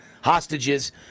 hostages